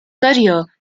career